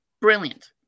brilliant